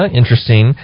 interesting